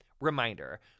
Reminder